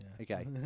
Okay